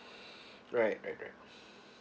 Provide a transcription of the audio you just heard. right right right